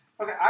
Okay